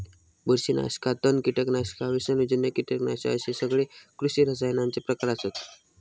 बुरशीनाशका, तण, कीटकनाशका, विषाणूजन्य कीटकनाशका अश्ये सगळे कृषी रसायनांचे प्रकार आसत